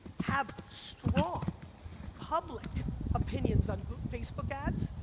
have strong public opinions on facebook ads,